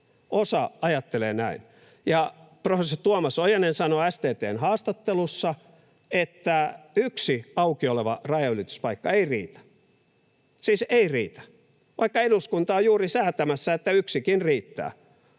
Osa ajattelee näin, ja professori Tuomas Ojanen sanoi STT:n haastattelussa, että yksi auki oleva rajanylityspaikka ei riitä — siis ei riitä, vaikka eduskunta on juuri säätämässä, että yksikin riittää.